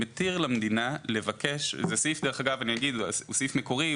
זה סעיף מקורי,